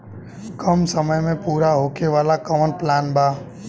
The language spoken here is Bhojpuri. कम समय में पूरा होखे वाला कवन प्लान बा?